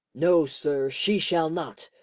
no, sir, she shall not,